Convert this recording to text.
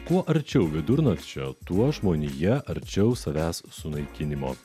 kuo arčiau vidurnakčio tuo žmonija arčiau savęs sunaikinimo